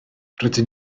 rydyn